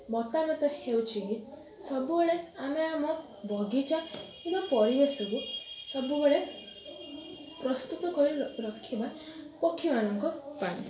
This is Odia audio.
ମତାମତ ହେଉଛିକି ସବୁବେଳେ ଆମେ ଆମ ବଗିଚା ଏବଂ ପରିବେଶକୁ ସବୁବେଳେ ପ୍ରସ୍ତୁତ କରି ରଖିବା ପକ୍ଷୀମାନଙ୍କ ପାଇଁ